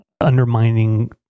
undermining